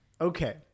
Okay